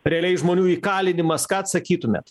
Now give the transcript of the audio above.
realiai žmonių įkalinimas ką atsakytumėt